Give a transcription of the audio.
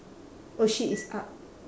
oh shit it's up